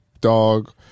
Dog